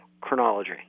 chronology